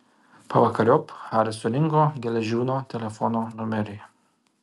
pavakariop haris surinko geležiūno telefono numerį